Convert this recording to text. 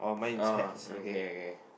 uh mm okay okay